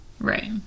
Right